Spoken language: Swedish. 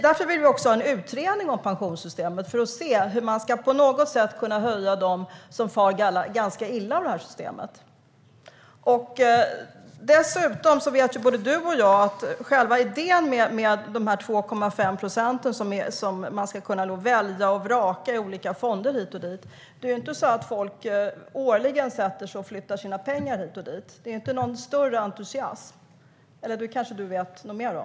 Därför vill vi ha en utredning om pensionssystemet för att se hur pensionerna kan höjas för dem som far illa av systemet. Både Lars-Arne Staxäng och jag vet att själva idén med de 2,5 procenten där man ska kunna välja och vraka bland olika fonder inte innebär att folk årligen flyttar sina pengar hit och dit. Det är inte någon större entusiasm. Det kanske Lars-Arne Staxäng vet något mer om.